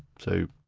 so